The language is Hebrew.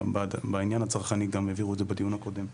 בעניין הצרכני הבהירו את זה בדיון הקודם.